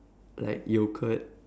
like yoghurt